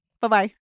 Bye-bye